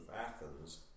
Athens